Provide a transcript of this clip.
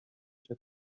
się